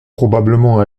probablement